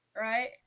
right